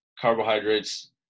Carbohydrates